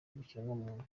bw’ikiremwamuntu